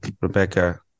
Rebecca